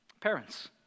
Parents